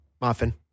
Muffin